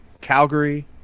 Calgary